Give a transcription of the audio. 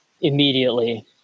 immediately